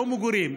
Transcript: לא מגורים.